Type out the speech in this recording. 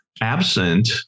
Absent